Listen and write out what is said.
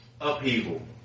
upheaval